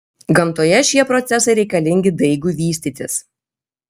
gamtoje šie procesai reikalingi daigui vystytis